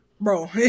Bro